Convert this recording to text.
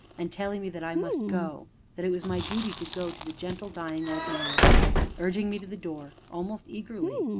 and telling me that i must go that it was my duty to go to the gentle, dying old man urging me to the door, almost eagerly,